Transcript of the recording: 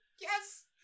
yes